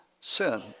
sin